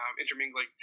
intermingling